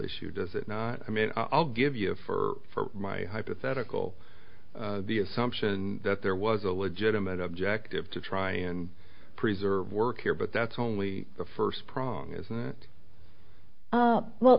issue does it not i mean i'll give you for my hypothetical the assumption that there was a legitimate objective to try and preserve work here but that's only the first prong isn't it well